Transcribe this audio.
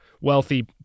wealthy